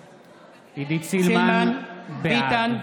סילמן, ביתן,